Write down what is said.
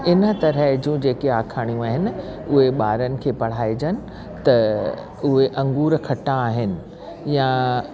इन तरह जूं जेके आखाणियूं आहिनि उहे ॿारनि खे पढ़ाइजनि त उहे अंगूर खटा आहिनि या